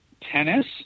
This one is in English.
tennis